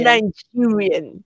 Nigerian